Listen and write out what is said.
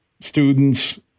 students